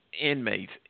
inmates